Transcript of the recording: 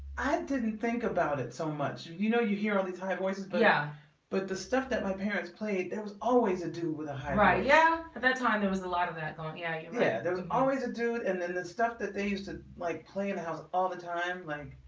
i didn't think about it so much you know you hear all these high voices yeah but the stuff that my parents played there was always to do with a high right. yeah at that time there was a lot of that don't ya ya yeah there always a dude and then the stuff that they used to like play in the house all the time like